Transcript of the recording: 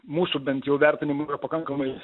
mūsų bent jau vertinimu pakankamai